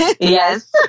Yes